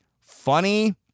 funny